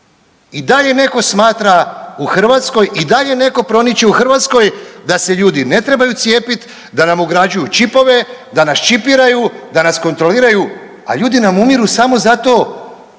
i dalje netko smatra u Hrvatskoj i dalje netko proniče u Hrvatskoj da se ljudi ne trebaju cijepit, da nam ugrađuju čipove, da nas čipiraju, da nas kontroliraju, a ljudi nam umiru samo zato